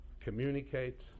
communicate